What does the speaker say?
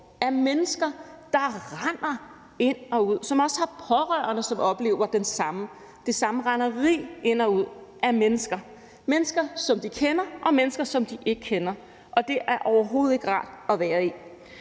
af mennesker, der render ind og ud, og de har også pårørende, som oplever det samme renderi af mennesker ind og ud – mennesker, som de kender, og mennesker, som de ikke kender – og det er overhovedet ikke rart at være i.